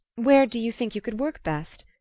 where do you think you could work best?